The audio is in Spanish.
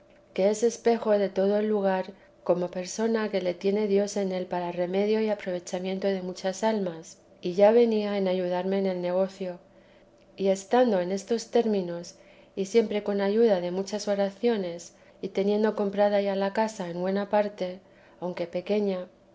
que es espejo de todo el lugar como persona que le tiene dios en él para remedio y aprovechamiento de muchas almas y ya venía en ayudarme en el negocio y estando en estos términos y siempre con ayuda de muchas oraciones y teniendo comprada ya la casa en buena parte aunque pequeña